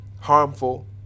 harmful